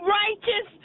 righteous